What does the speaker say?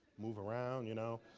move around, you know.